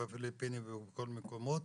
בפיליפינים ובכל המקומות,